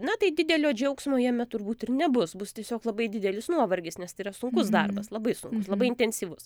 na tai didelio džiaugsmo jame turbūt ir nebus bus tiesiog labai didelis nuovargis nes tai yra sunkus darbas labai sunkus labai intensyvus